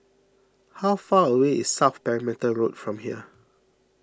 how far away is South Perimeter Road from here